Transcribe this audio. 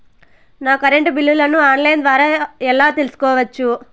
నా కరెంటు బిల్లులను online ద్వారా ఎలా తెలుసుకోవచ్చు?